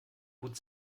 gut